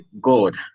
God